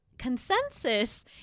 consensus